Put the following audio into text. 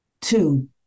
two